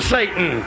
Satan